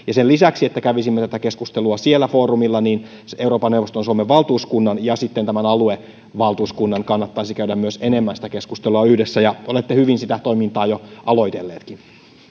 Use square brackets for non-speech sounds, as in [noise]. [unintelligible] ja sen lisäksi että kävisimme tätä keskustelua siellä foorumilla niin myös euroopan neuvoston suomen valtuuskunnan ja sitten tämän aluevaltuuskunnan kannattaisi käydä myös enemmän keskustelua yhdessä olette hyvin sitä toimintaa jo aloitelleetkin